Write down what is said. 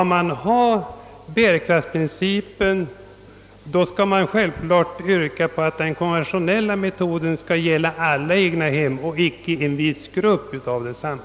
Om man skall följa bärkraftsprincipen, skall man självfallet yrka på att den konventionella metoden skall gälla alla egnahem och icke en viss grupp av desamma.